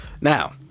now